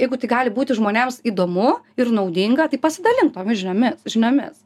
jeigu tai gali būti žmonėms įdomu ir naudinga tai pasidalink tomis žiniomis žiniomis